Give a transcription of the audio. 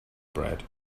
bread